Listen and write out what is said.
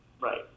Right